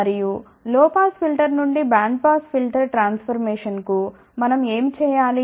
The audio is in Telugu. మరియు లో పాస్ ఫిల్టర్ నుండి band pass filter transformation కు మనం ఏమి చేయాలి